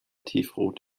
tiefrot